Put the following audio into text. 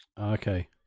Okay